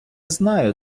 знаю